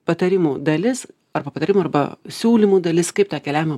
patarimų dalis arba patarimų arba siūlymų dalis kaip tą keliavimą